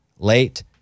Late